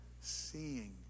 seeing